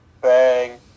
bang